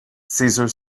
caesar